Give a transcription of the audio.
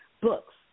books